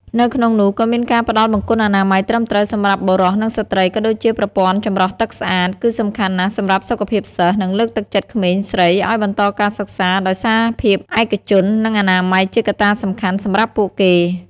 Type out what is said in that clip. នៅក្នុងនោះក៏មានការផ្តល់បង្គន់អនាម័យត្រឹមត្រូវ សម្រាប់បុរស និងស្ត្រី ក៏ដូចជាប្រព័ន្ធចម្រោះទឹកស្អាត គឺសំខាន់ណាស់សម្រាប់សុខភាពសិស្ស និងលើកទឹកចិត្តក្មេងស្រីឱ្យបន្តការសិក្សា ដោយសារភាពឯកជន និងអនាម័យជាកត្តាសំខាន់សម្រាប់ពួកគេ។